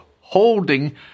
holding